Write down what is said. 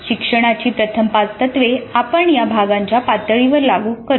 शिक्षणाची प्रथम पाच तत्वे आपण या भागांच्या पातळीवर लागू करतो